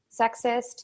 sexist